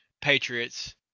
Patriots